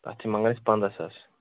اَتھ چھِ منگان أسۍ پنٛداہ ساس